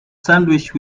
sandwich